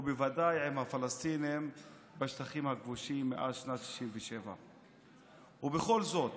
ובוודאי עם הפלסטינים בשטחים הכבושים מאז שנת 67'. ובכל זאת,